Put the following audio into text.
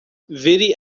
vire